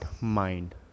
mind